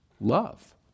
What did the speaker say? love